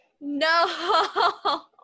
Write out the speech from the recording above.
no